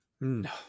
No